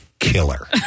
Killer